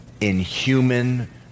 inhuman